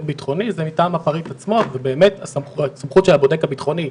בטחוני זה מטעם הפריט עצמו ובאמת הסמכות של הבודק הבטחוני,